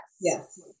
Yes